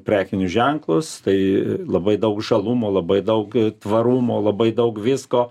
prekinius ženklus tai labai daug žalumo labai daug tvarumo labai daug visko